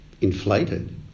inflated